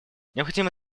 необходимо